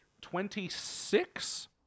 Twenty-six